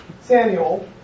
Samuel